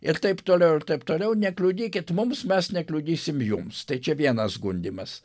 ir taip toliau ir taip toliau nekliudykit mums mes nekliudysim jums tai čia vienas gundymas